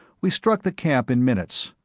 we struck the camp in minutes.